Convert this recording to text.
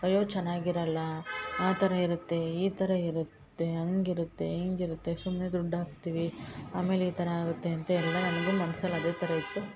ಅಯ್ಯೋ ಚೆನ್ನಾಗಿರಲ್ಲಾ ಆ ಥರ ಇರತ್ತೆ ಈ ಥರ ಇರತ್ತೆ ಹಂಗಿರುತ್ತೆ ಹಿಂಗಿರುತ್ತೆ ಸುಮ್ಮನೆ ದುಡ್ಡು ಹಾಕ್ತೀವಿ ಆಮೇಲೆ ಈ ಥರ ಆಗುತ್ತೆ ಅಂತ ಎಲ್ಲ ನನಗೂ ಮನ್ಸಲ್ಲಿ ಅದೇ ಥರ ಇತ್ತು